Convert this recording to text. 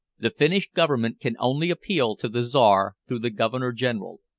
the finnish government can only appeal to the czar through the governor-general,